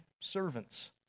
servants